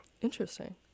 Interesting